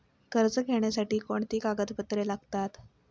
कर्ज घेण्यासाठी कोणती कागदपत्रे लागतात?